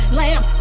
lamb